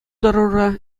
тӑрура